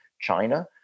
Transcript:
China